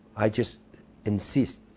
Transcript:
i just insist.